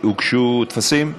הוגשו טפסים?